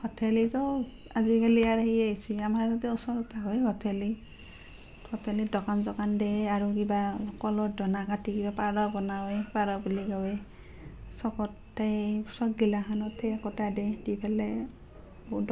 ভঠেলিতো আজিকালি আৰু সেই হৈছে আমাৰ এতিয়া ওচৰত হয় ভঠেলি ভঠেলিত দোকান চোকান দিয়ে আৰু কিবা কলৰ ডনা কাটি কিবা পাৰ বনায়ে পাৰ বুলি কয় সবতেই সবগিলাখনতে একোটা দিয়ে দি ফেলে